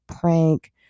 prank